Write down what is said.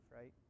right